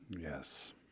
Yes